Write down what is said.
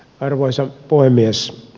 arvoisa puhemies